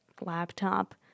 laptop